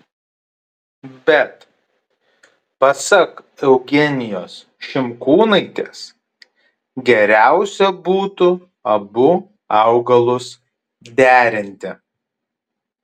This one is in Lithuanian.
bet pasak eugenijos šimkūnaitės geriausia būtų abu augalus derinti